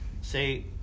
say